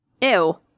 Ew